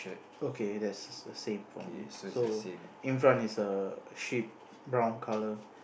okay that's the same for me so in front is a sheep brown color